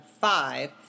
five